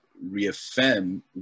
reaffirm